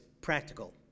practical